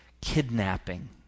kidnapping